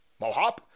Mohop